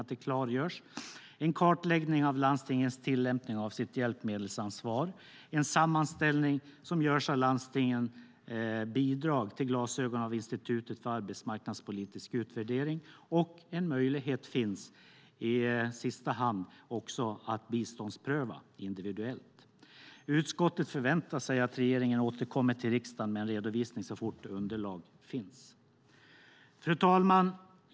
En kartläggning ska göras av landstingens tillämpning av sitt hjälpmedelsansvar. En sammanställning görs av landstingens bidrag till glasögon av Institutet för arbetsmarknadspolitisk utvärdering. I sista hand finns också en möjlighet att biståndspröva individuellt. Utskottet förväntar sig att regeringen återkommer till riksdagen med en redovisning så fort underlag finns. Fru talman!